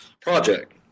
project